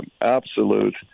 absolute